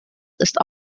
ist